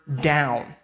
down